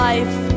Life